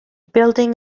building